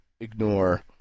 ignore